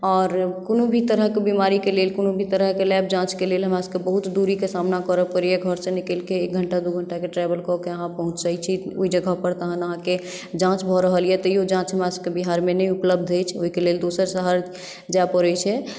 आओर कोनो भी तरहके बीमारीके लेल कोनो भी तरहक लैब जाँचक लेल हमरासभके बहुत दूरीके सामना करय पड़ैए घरसँ निकलिके एक घण्टाके दू घण्टाके ट्रेवल कए कऽ अहाँ पहुँचैत छी ओहि जगहपर जहन अहाँके जाँच भऽ रहलैए तैओ जाँच हमरसभके बिहारमे नहि उपलब्ध अछि ओहिके लेल दोसर शहर जाय पड़ैत छै